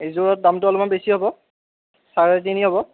এইযোৰৰ দামটো অলপমান বেছি হ'ব চাৰে তিনি হ'ব